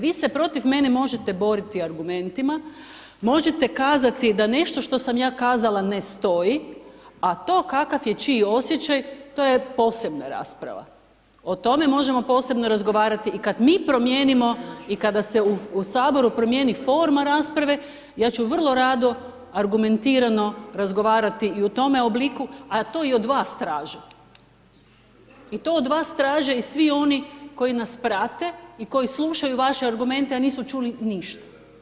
Vi se protiv mene možete boriti argumentima, možete kazati da nešto što sam ja kazala ne stoji, a to kakav je čiji osjećaj to je posebna rasprava, o tome možemo posebno razgovarati i kad mi promijenimo i kada se u saboru promijeni forma rasprave ja ću vrlo rado argumentirano razgovarati i u tome obliku, a to i od vas tražim, a to od vas traže i svi oni koji nas prate i koji slušaju vaše argumente, a nisu čuli ništa.